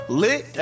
lit